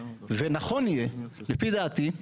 ונכון יהיה, לפי דעתי,